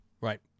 Right